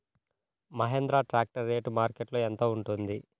Mahindra tractor rate మార్కెట్లో యెంత ఉంటుంది?